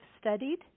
studied